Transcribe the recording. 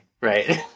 right